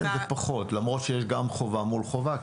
למרות שיש גם חובה מול חובה,